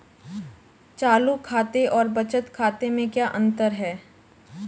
चालू खाते और बचत खाते में क्या अंतर है?